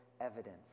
evidence